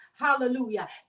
hallelujah